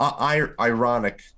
Ironic